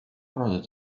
prodded